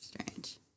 Strange